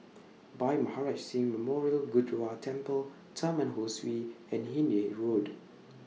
Bhai Maharaj Singh Memorial Gurdwara Temple Taman Ho Swee and Hindhede Road